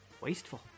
Wasteful